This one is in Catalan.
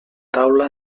taula